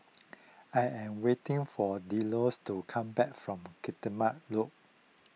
I am waiting for Dialloa to come back from Guillemard Road